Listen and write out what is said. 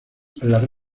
las